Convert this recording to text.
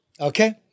Okay